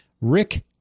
Rick